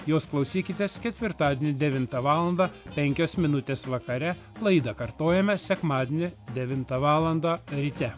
jos klausykitės ketvirtadienį devintą valandą penkios minutės vakare laida kartojama sekmadienį devintą valandą ryte